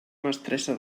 mestressa